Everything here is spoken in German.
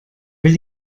weil